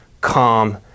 calm